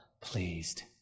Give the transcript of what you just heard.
pleased